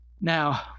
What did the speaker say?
Now